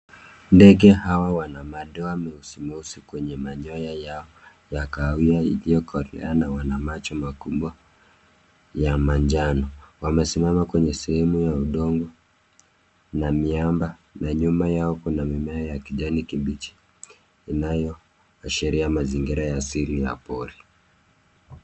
Ndege hawa wana madoa meusi meusi kwenye manyoya yao ya kahawia iliyokolea na wana macho makubwa ya manjano. Wamesimama kwenye sehemu ya udongo na miamba na nyuma yao kuna mimea ya kijani kibichi inayoashiria mazingira ya asili ya pori.